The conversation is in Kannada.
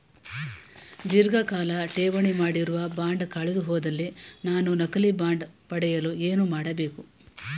ಧೀರ್ಘಕಾಲ ಠೇವಣಿ ಮಾಡಿರುವ ಬಾಂಡ್ ಕಳೆದುಹೋದಲ್ಲಿ ನಾನು ನಕಲಿ ಬಾಂಡ್ ಪಡೆಯಲು ಏನು ಮಾಡಬೇಕು?